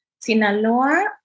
Sinaloa